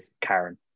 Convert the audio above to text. Karen